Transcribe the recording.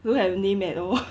don't have a name at all